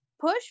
push